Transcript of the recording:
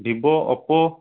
Vivo Oppo